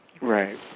Right